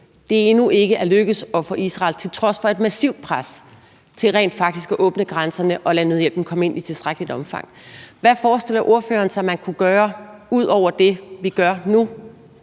at det endnu ikke til trods for et massivt pres er lykkedes at få Israel til rent faktisk at åbne grænserne og lade nødhjælpen komme ind i tilstrækkeligt omfang. Hvad forestiller ordføreren sig man kunne gøre ud over det, vi gør nu?